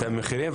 המחירים,